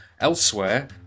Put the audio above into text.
Elsewhere